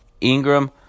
Ingram